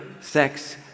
sex